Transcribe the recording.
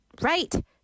Right